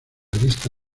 lista